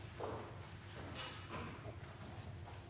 Takk